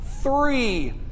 Three